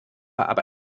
aber